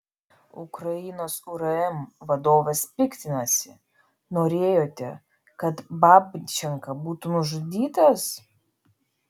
ukrainos urm vadovas piktinasi norėjote kad babčenka būtų nužudytas